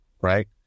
right